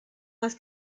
más